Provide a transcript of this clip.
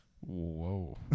Whoa